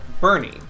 Bernie